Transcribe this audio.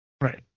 Right